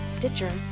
Stitcher